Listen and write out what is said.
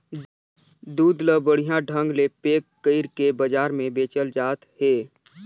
दूद ल बड़िहा ढंग ले पेक कइरके बजार में बेचल जात हे